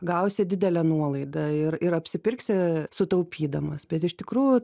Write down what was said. gausi didelę nuolaidą ir ir apsipirksi sutaupydamas bet iš tikrųjų